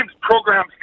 programs